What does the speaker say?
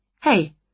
Hey